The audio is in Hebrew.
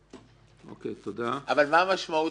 הממונה מעביר